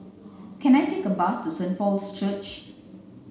can I take a bus to Saint Paul's Church